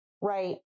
Right